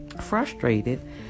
frustrated